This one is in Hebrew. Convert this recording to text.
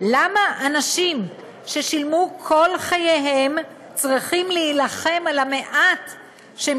למה אנשים ששילמו כל חייהם צריכים להילחם על המעט שהם